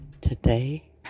Today